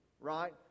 right